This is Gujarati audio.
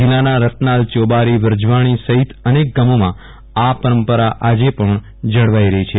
જિલ્લાના રતનાલ ચોબારી વ્રજવાણી સહિત અનેક ગામોમાં આ પરંપરા આજે પણ જળવાઈ રહી છે